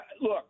Look